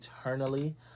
eternally